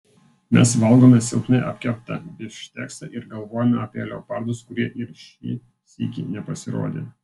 mes valgome silpnai apkeptą bifšteksą ir galvojame apie leopardus kurie ir šį sykį nepasirodė